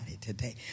today